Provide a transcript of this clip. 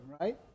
right